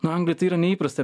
nu anglijoj tai yra neįprasta